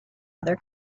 other